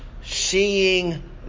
seeing